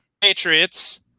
Patriots